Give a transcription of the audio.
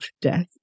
death